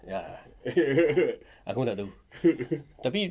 ya aku tak tahu tapi